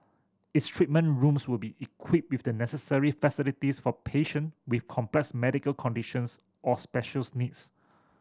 its treatment rooms will be equipped with the necessary facilities for patient with complex medical conditions or specials needs